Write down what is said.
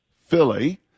Philly